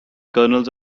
kernels